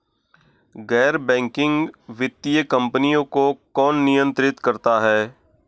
गैर बैंकिंग वित्तीय कंपनियों को कौन नियंत्रित करता है?